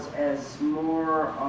as more